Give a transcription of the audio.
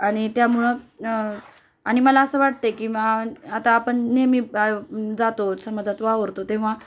आणि त्यामुळं आणि मला असं वाटते की मग आता आपण नेहमी जातो समाजात वावरतो तेव्हा